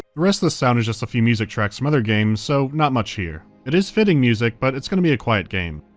rest of the sound is just a few music tracks from other games, so not much here. it is fitting music but it's gonna be a quiet game.